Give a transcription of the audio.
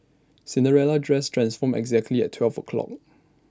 Cinderella's dress transformed exactly at twelve o' clock